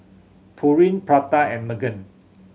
Pureen Prada and Megan